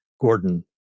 Gordon